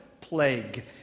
plague